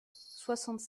soixante